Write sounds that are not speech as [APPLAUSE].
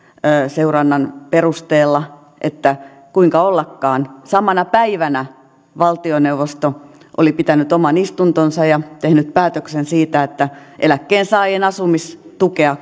seurannan perusteella että kuinka ollakaan samana päivänä valtioneuvosto oli pitänyt oman istuntonsa ja tehnyt päätöksen siitä että eläkkeensaajien asumistukea [UNINTELLIGIBLE]